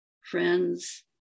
friends